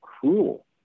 cruel